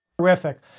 Terrific